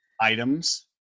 items